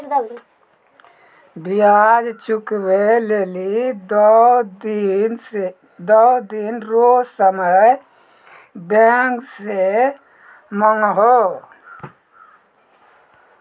ब्याज चुकबै लेली दो दिन रो समय बैंक से मांगहो